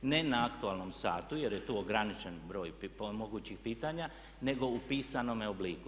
Ne na aktualnom satu, jer je tu ograničen broj mogućih pitanja, nego u pisanome obliku.